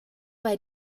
bei